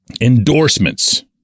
endorsements